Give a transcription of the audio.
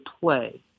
play